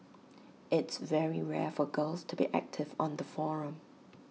it's very rare for girls to be active on the forum